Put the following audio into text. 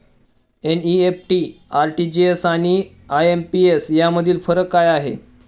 NEFT, RTGS आणि IMPS यामधील फरक काय आहे?